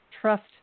Trust